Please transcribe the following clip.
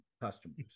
customers